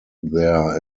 there